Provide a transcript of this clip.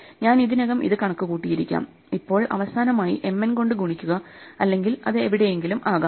ഞാൻ ഇതിനകം ഇത് കണക്കുകൂട്ടിയിരിക്കാം ഇപ്പോൾ അവസാനമായി M n കൊണ്ട് ഗുണിക്കുക അല്ലെങ്കിൽ അത് എവിടെയെങ്കിലും ആകാം